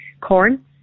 corn